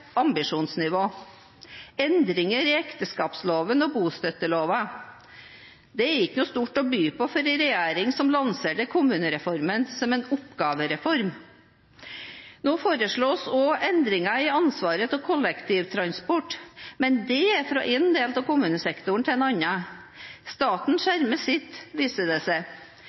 ambisjonsnivå. «Endringer i ekteskapsloven og bustøttelova m.m.» er ikke stort å by på for en regjering som lanserte kommunereformen som en oppgavereform. Nå foreslås også endringer i ansvaret for kollektivtransport, men det er fra én del av kommunesektoren til annen. Staten skjermer sitt, viser det seg.